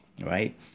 right